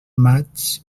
maigs